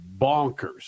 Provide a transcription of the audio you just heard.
bonkers